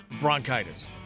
Bronchitis